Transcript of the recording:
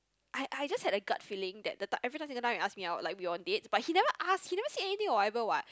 I I just had a gut feeling that the time every time single time he ask me out like we on dates but he never ask he never say anything or whatever what